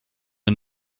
and